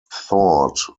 thought